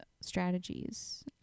strategies